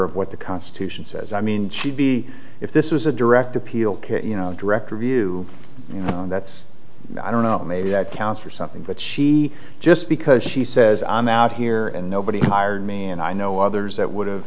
of what the constitution says i mean she'd be if this was a direct appeal care you know director view that's i don't know maybe that counts or something but she just because she says i'm out here and nobody hired me and i know others that would have